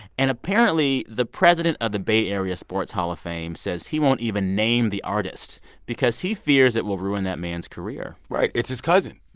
and apparently, the president of the bay area sports hall of fame says he won't even name the artist because he fears it will ruin that man's career right. it's his cousin.